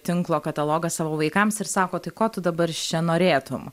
tinklo katalogą savo vaikams ir sako tai ko tu dabar iš čia norėtum